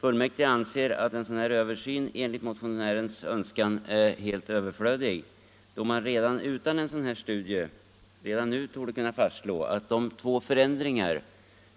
Fullmäktige anser att en översyn enligt motionärens önskan är helt överflödig, då man redan utan en sådan studie torde kunna fastslå att de två förändringar